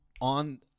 on